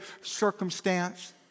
circumstance